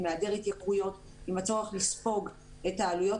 עם היעדר התייקרויות ועם הצורך לספוג את העלויות